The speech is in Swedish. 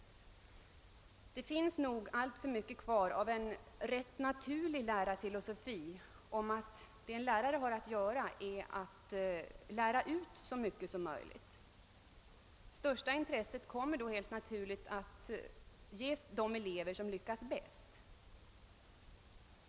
Det finns nog alltför mycket kvar av en rätt naturlig lärarfilosofi om att det en lärare har att göra är att lära ut så mycket som möjligt. Det största intresset kommer då helt naturligt att ägnas de elever som lyckas bäst.